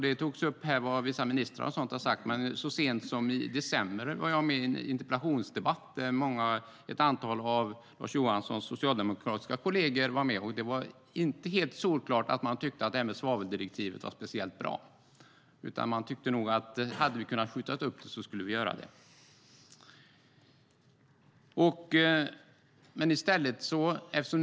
Det togs upp här vad vissa ministrar och andra har sagt, men så sent som i december var jag med i en interpellationsdebatt där ett antal av Lars Johanssons socialdemokratiska kolleger var med, och jag vill nog påstå att det inte var helt solklart att man tyckte att det här med svaveldirektivet var speciellt bra. Man tyckte nog att hade vi kunnat skjuta upp det skulle vi ha gjort det.